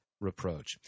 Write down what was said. Reproach